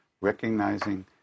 Recognizing